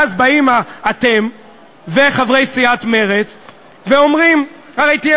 ואז באים אתם וחברי סיעת מרצ ואומרים: הרי תהיה